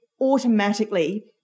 automatically